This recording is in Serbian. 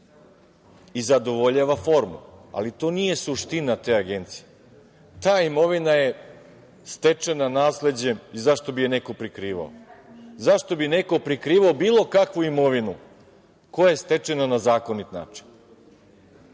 i zadovoljava formu, ali to nije suština te Agencije. Ta imovina je stečena nasleđem i zašto bi je neko prikrivao? Zašto bi neko prikrivao bilo kakvu imovinu koje je stečena na zakonit način?